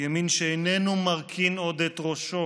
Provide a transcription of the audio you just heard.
ימין שאיננו מרכין עוד את ראשו